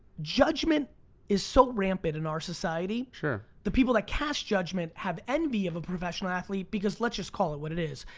judgment is so rampant in our society, the people that cast judgment have envy of a professional athlete because, let's just call it what it is,